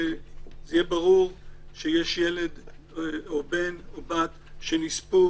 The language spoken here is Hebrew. עכשיו יהיה ברור בספח של תעודת הזהות שיש בן או בת שנספו